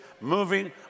moving